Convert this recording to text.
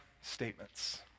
statements